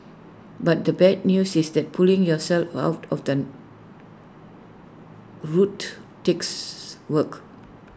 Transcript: but the bad news is that pulling yourself out of the rut takes work